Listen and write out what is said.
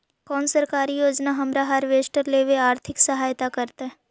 कोन सरकारी योजना हमरा हार्वेस्टर लेवे आर्थिक सहायता करतै?